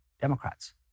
Democrats